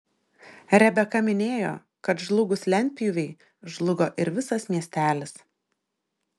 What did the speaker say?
rebeka minėjo kad žlugus lentpjūvei žlugo ir visas miestelis